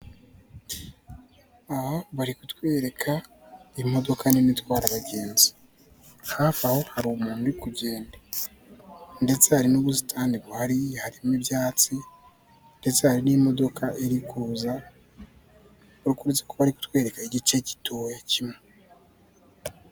Aha bari kutwereka imodoka nini itwara abagenzi, hafi aho hari umuntu uri kugenda ndetse hari n'ubusitani buhari, harimo ibyatsi ndetse hari n'imodoka iri kuza bari kutwereka igice gitoya kimwe.